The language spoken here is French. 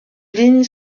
lignes